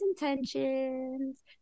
intentions